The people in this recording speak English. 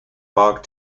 park